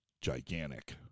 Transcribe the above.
gigantic